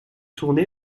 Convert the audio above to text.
tourné